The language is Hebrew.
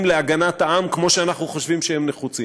להגנת העם כמו שאנחנו חושבים שהם נחוצים.